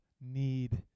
need